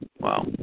Wow